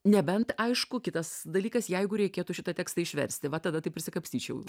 nebent aišku kitas dalykas jeigu reikėtų šitą tekstą išversti va tada tai prisikapstyčiau